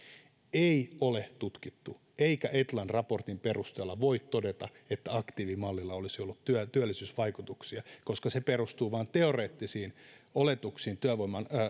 ei ole tutkittu eikä etlan raportin perusteella voi todeta että aktiivimallilla olisi ollut työllisyysvaikutuksia koska se perustuu vain teoreettisiin oletuksiin